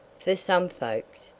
for some folks,